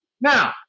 Now